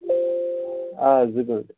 آ زٕ گٲنٛٹہٕ